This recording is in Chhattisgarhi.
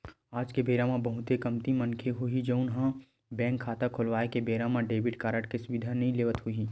आज के बेरा म बहुते कमती मनखे होही जउन ह बेंक खाता खोलवाए के बेरा म डेबिट कारड के सुबिधा नइ लेवत होही